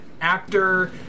actor